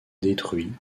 détruit